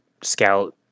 scout